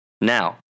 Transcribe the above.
Now